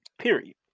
Period